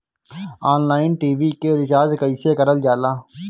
Online TV के recharge कईसे करल जाला?